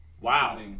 Wow